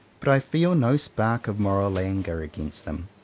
but i feel no spark of moral anger against them.